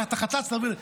קח את החצץ ותעביר.